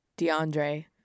DeAndre